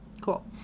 cool